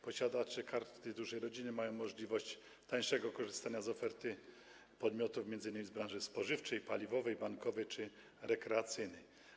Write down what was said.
Posiadacze Karty Dużej Rodziny mają możliwość tańszego korzystania z oferty podmiotów, m.in. z branży spożywczej, paliwowej, bankowej czy rekreacyjnej.